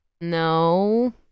No